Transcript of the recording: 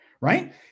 right